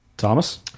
Thomas